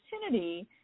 opportunity